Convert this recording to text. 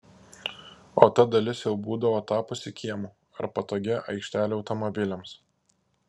o ta dalis jau būdavo tapusi kiemu ar patogia aikštele automobiliams